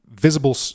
visible